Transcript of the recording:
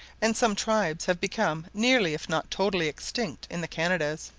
and some tribes have become nearly if not totally extinct in the canadas.